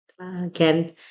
Again